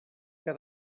que